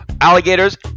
alligators